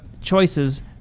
choices